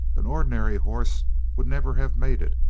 an ordinary horse would never have made it,